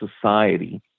society